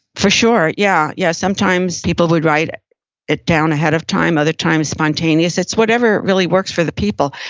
for sure, yeah, yeah. sometimes people would write it it down ahead of time. other times it's spontaneous. it's whatever really works for the people.